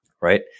Right